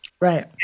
Right